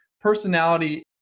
personality